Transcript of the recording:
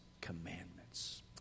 commandments